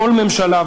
כל ממשלה,